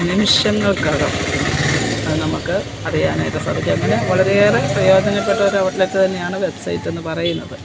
നിമിഷങ്ങൾക്കകം നമുക്ക് അറിയാനായിട്ട് സാധിക്കും അങ്ങനെ വളരെ ഏറെ പ്രയോജനപ്പെട്ട ഒരു ഔട്ട്ലെറ്റ് തന്നെയാണ് വെബ്സൈറ്റെന്ന് പറയുന്നത്